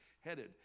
headed